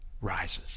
rises